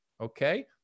Okay